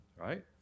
Right